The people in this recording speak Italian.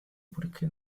purché